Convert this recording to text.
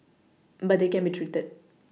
but they can be treated